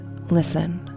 listen